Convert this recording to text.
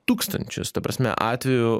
tūkstančius ta prasme atvejų